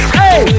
Hey